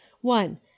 One